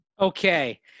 Okay